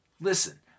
Listen